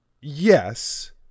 Yes